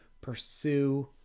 pursue